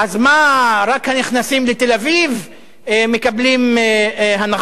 אז מה, רק הנכנסים לתל-אביב מקבלים הנחות?